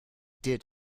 did